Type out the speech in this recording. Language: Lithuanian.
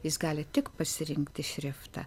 jis gali tik pasirinkti šriftą